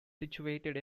situated